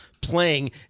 playing